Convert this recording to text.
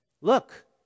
look